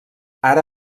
ara